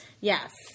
Yes